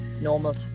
normal